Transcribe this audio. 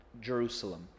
Jerusalem